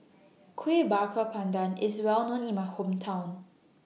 Kueh Bakar Pandan IS Well known in My Hometown